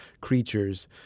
creatures